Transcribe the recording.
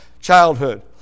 childhood